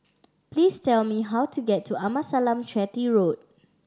please tell me how to get to Amasalam Chetty Road